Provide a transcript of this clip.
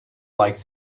like